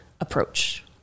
approach